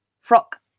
frock